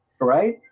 Right